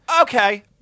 Okay